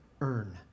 earn